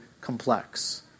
complex